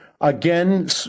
again